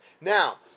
Now